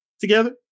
together